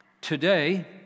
Today